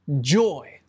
Joy